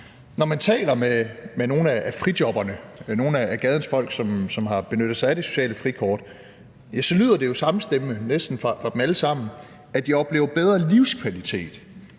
Når man taler med nogle af frijobberne, med nogle af gadens folk, som har benyttet sig af det sociale frikort, så lyder det jo samstemmende, næsten fra dem alle sammen, at de oplever bedre livskvalitet,